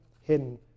hidden